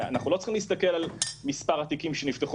אנחנו לא צריכים להסתכל על מספר התיקים שנפתחו